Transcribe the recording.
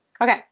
Okay